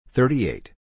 Thirty-eight